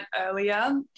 earlier